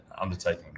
undertaking